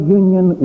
union